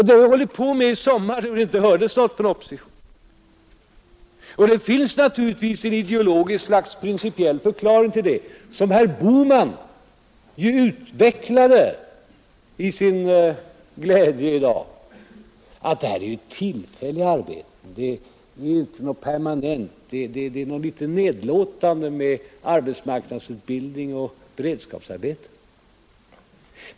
Det har vi hållit på med i sommar, då det inte hördes något från oppositionen, Det finns naturligtvis ett slags principiell ideologisk förklaring till det, som herr Bohman i dag i sin glädje utvecklade: Det här är ju tillfälliga arbeten, det är inte någonting permanent. Det låg något nedlåtande i det han sade om arbetsmarknadsutbildning och beredskapsarbeten.